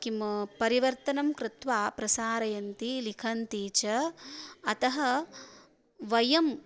किं परिवर्तनं कृत्वा प्रसारयन्ति लिखन्ति च अतः वयं